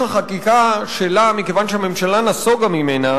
החקיקה שלה מכיוון שהממשלה נסוגה ממנה